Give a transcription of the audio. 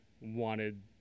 wanted